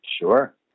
Sure